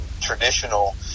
Traditional